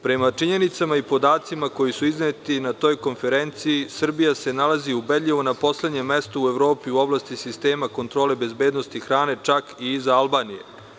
Prema činjenicama i podacima koji su izneti na toj konferenciji, Srbija se nalazi ubedljivo na poslednjem mestu u oblasti sistema kontrole bezbednosti hrane, čak i iza Albanije.